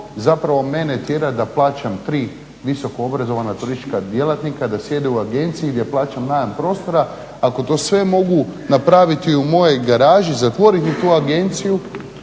jer što mene tjera da plaćam tri visokoobrazovana turistička djelatnika da sjede u agenciji gdje plaćam najam prostora ako sve to mogu napraviti u mojoj garaži, zatvorim i tu agenciju